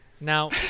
Now